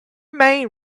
main